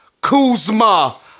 Kuzma